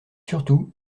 surtout